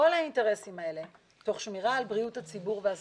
האינטרסים האלה תוך שמירה על בריאות הציבור והסביבה.